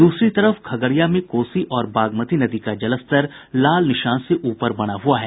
द्रसरी तरफ खगड़िया में कोसी और बागमती नदी का जलस्तर खतरे के निशान से ऊपर बना हुआ है